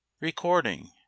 Recording